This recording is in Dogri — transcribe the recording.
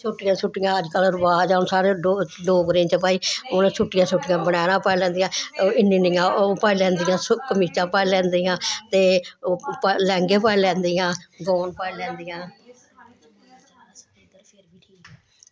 छुट्टियां छुट्टियां अजकल्ल रवाज ऐ हून साढ़े डो डोगरें च भाई हून छुट्टियां छु्ट्टियां बनैनां पाई लैंदियां ओह् इन्नी इन्नियां ओह् पाई लैंदियां सू कमीचां पाई लैंदियां ते ओह् लैंह्गे पाई लैंदियां गाऊन पाई लैंदियां